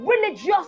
religious